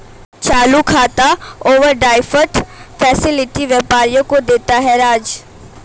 चालू खाता overdraft facility व्यापारियों को देता है राज